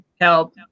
help